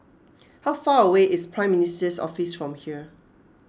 how far away is Prime Minister's Office from here